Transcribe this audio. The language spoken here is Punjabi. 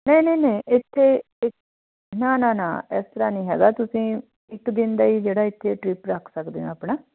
ਨਹੀਂ ਨਹੀਂ ਨਹੀਂ ਇੱਥੇ ਇ ਨਾ ਨਾ ਨਾ ਇਸ ਤਰਾਂ ਨਹੀਂ ਹੈਗਾ ਤੁਸੀਂ ਇੱਕ ਦਿਨ ਦਾ ਹੀ ਜਿਹੜਾ ਇੱਥੇ ਟ੍ਰਿਪ ਰੱਖ ਸਕਦੇ ਆ ਆਪਣਾ